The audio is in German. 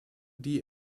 die